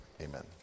Amen